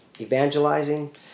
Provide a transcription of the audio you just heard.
evangelizing